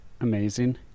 Amazing